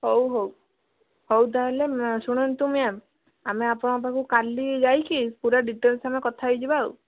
ହଉ ହଉ ହଉ ତାହେଲେ ଶୁଣନ୍ତୁ ମ୍ୟାମ୍ ଆମେ ଆପଣଙ୍କ ପାଖକୁ କାଲି ଯାଇକି ପୁରା ଡିଟେଲ୍ସ ଆମେ କଥା ହେଇଯିବା ଆଉ